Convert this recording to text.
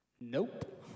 Nope